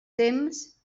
temps